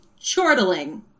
chortling